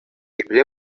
епле